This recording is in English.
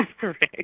correct